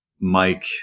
Mike